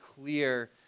clear